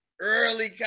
early